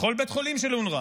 בכל בית חולים של אונר"א,